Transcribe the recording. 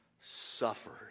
suffered